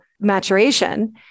maturation